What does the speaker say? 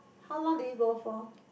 how long did he go for